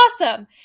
awesome